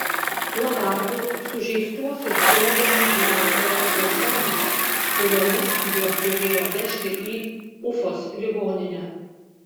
tuo tarpu sužeistuosius krovėme į atviras platformas kuriomis juos turėjo vežti į ufos ligoninę